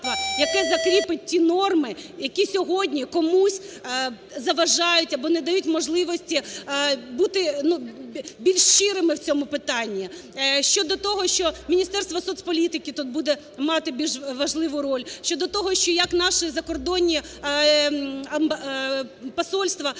яке закріпить ті норми, які сьогодні комусь заважають або не дають можливості бути більш щирими в цьому питанні. Щодо того, що Міністерство соцполітики тут буде мати більш важливу роль. Щодо того, що як наші закордонні посольства